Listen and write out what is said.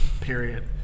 period